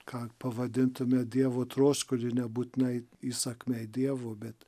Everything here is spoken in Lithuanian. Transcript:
ką pavadintume dievo troškulį nebūtinai įsakmiai dievo bet